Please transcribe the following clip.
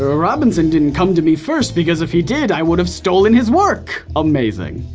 ah robinson didn't come to me first, because if he did i would've stolen his work. amazing.